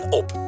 op